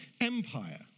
Empire